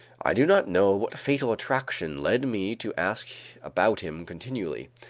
i do not know what fatal attraction led me to ask about him continually.